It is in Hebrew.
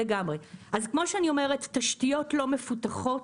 אז כמו שאני אומרת: תשתיות לא מפותחות,